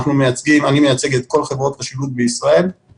אני מייצג את כל חברות השילוט בישראל,